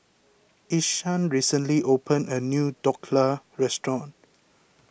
Ishaan recently opened a new Dhokla restaurant